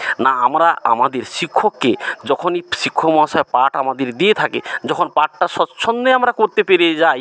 না আমরা আমাদের শিক্ষককে যখনই শিক্ষক মহাশয় পাঠ আমাদের দিয়ে থাকে যখন পাঠটা স্বচ্ছন্দে আমরা করতে পেরে যাই